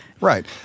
Right